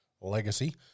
legacy